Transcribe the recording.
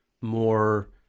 more